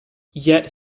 yet